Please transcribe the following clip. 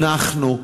אנחנו,